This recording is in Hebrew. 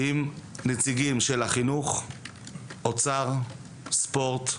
עם נציגים של החינוך, אוצר, ספורט,